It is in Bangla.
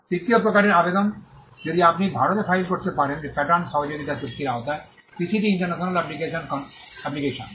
তৃতীয় প্রকারের আবেদন আপনি ভারতে ফাইল করতে পারেন প্যাটার্ন সহযোগিতা চুক্তির আওতায় পিসিটি ইন্টারন্যাশনাল এপ্লিকেশন